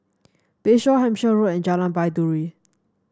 Bayshore Hampshire Road and Jalan Baiduri